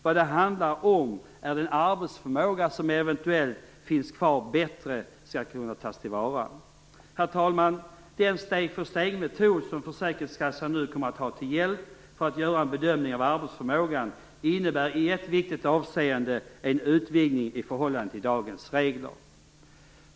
Vad det handlar om är att den arbetsförmåga som eventuellt finns kvar bättre skall kunna tas till vara. Herr talman! Den steg-för-steg-metod som försäkringskassan nu kommer att ha till hjälp för att göra en bedömning av arbetsförmågan innebär i ett viktigt avseende en utvidgning i förhållande till dagens regler.